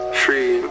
free